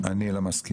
אני לא מסכים.